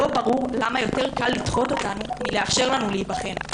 לא ברור למה קל יותר לדחות אותנו מלאפשר לנו להיבחן.